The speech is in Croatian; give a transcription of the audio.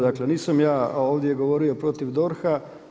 Dakle nisam ja ovdje govorio protiv DORH-a.